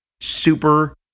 super